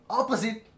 opposite